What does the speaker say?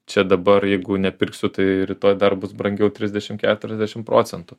čia dabar jeigu nepirksiu tai rytoj dar bus brangiau trisdešim keturiasdešim procentų